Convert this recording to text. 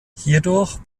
hierdurch